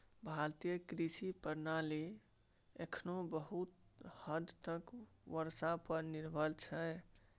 भारतीय कृषि प्रणाली एखनहुँ बहुत हद तक बर्षा पर निर्भर छै